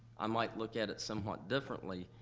i might look at it somewhat differently.